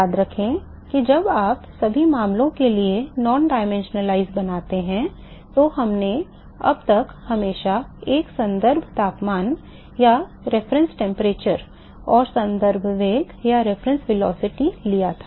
याद रखें कि जब आप सभी मामलों के लिए गैर आयामी बनाते हैं तो हमने अब तक हमेशा एक संदर्भ तापमान और संदर्भ वेग था